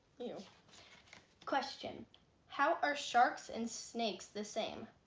you question how are sharks and snakes the same